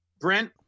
Brent